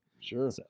Sure